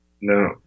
No